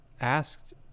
asked